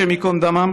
השם ייקום דמה,